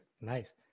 Nice